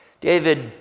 David